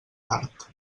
tard